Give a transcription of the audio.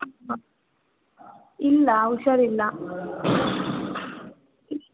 ಇಲ್ಲ ಹುಷಾರಿಲ್ಲ